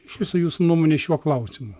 iš viso jūsų nuomonė šiuo klausimu